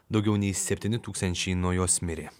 daugiau nei septyni tūkstančiai nuo jos mirė